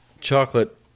chocolate